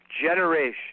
generation